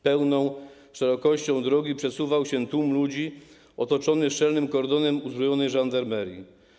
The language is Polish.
Pełną szerokością drogi przesuwał się tłum ludzi otoczony szczelnym kordonem uzbrojonej żandarmerii.